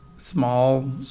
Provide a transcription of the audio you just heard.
small